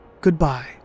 goodbye